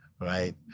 right